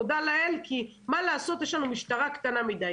תודה לאל, כי מה לעשות, יש לנו משטרה קטנה מדי.